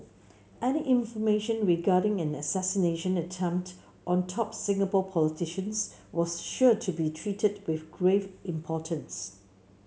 any information regarding an assassination attempt on top Singapore politicians was sure to be treated with grave importance